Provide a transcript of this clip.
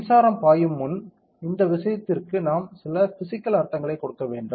மின்சாரம் பாயும் முன் இந்த விஷயத்திற்கு நாம் சில பிஸிக்கல் அர்த்தங்களை கொடுக்க வேண்டும்